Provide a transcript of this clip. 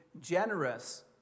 generous